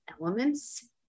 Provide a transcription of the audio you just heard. elements